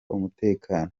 umutekano